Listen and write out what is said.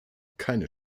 keine